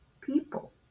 people